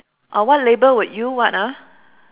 orh what label would you what ah